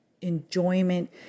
enjoyment